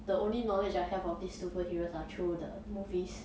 the only knowledge I have of these superheroes are through the movies